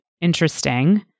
interesting